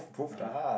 (uh huh)